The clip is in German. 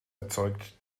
erzeugt